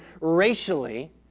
racially